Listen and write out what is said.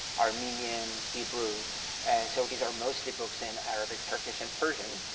armenian, hebrew and so these are mostly books in arabic, turkish and persian.